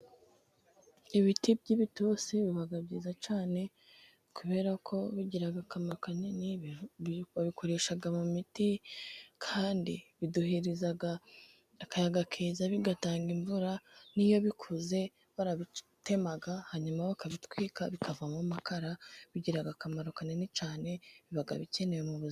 Ibiti by'ibitutsi biba byiza cyane, kubera ko bigira akamaro kanini. Babikoresha mu miti kandi biduhereza akayaga keza, bigatanga imvura. N'iyo bikuze barabitema hanyuma bakabitwika bikavamo amakara. Bigira akamaro kanini cyane biba bikenewe mu buzima.